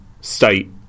state